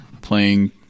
playing